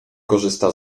korzysta